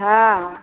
हँ